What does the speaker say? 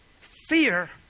Fear